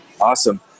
Awesome